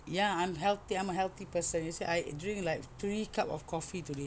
ya I'm healthy I'm a healthy person you see I drink like three cup of coffee today